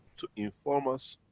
to inform us,